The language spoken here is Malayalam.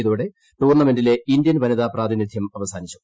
ഇതോടെ ടൂർണമെന്റിലെ ഇന്ത്യൻ വനിതാ പ്രാതിനിധ്യം അവസാനിച്ചു